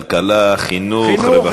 כלכלה, חינוך, רווחה.